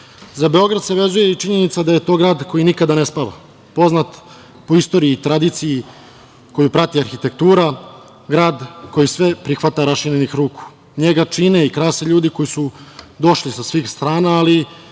Beograd se vezuje i činjenica da je to grad koji nikada ne spava, poznat po istoriji i tradiciji koju prati arhitektura, grad koji sve prihvata raširenih ruku. Njega čine i krase ljudi koji su došli sa svih strana, ali